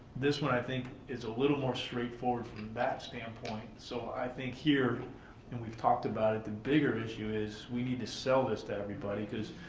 this one, i think, is a little more straightforward from that stand point, so i think here and we've talked about it, it, the bigger issue is we need to sell this to everybody because,